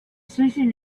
solution